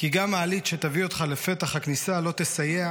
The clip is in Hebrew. גם מעלית שתביא אותך לפתח הכניסה לא תסייע